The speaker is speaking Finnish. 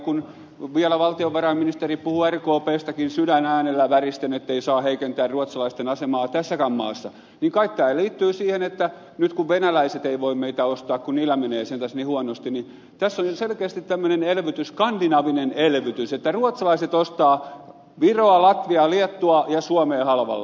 kun vielä valtionvarainministeri puhuu rkpstäkin sydänäänellä väristen ettei saa heikentää ruotsalaisten asemaa tässäkään maassa niin kai tämä liittyy siihen että nyt kun venäläiset eivät voi meitä ostaa kun heillä menee sentään niin huonosti niin tässä on ihan selkeästi tämmöinen skandinaavinen elvytys että ruotsalaiset ostavat viroa latviaa liettuaa ja suomea halvalla